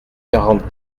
quarante